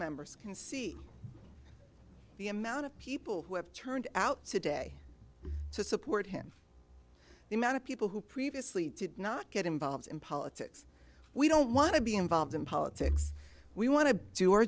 members can see the amount of people who have turned out today to support him the amount of people who previously did not get involved in politics we don't want to be involved in politics we want to do o